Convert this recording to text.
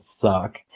suck